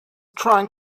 trying